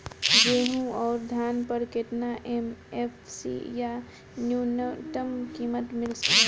गेहूं अउर धान पर केतना एम.एफ.सी या न्यूनतम कीमत मिल रहल बा?